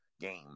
game